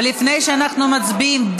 ולפני שאנחנו מצביעים,